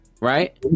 right